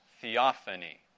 theophany